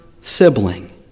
sibling